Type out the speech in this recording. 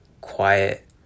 quiet